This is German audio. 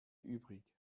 übrig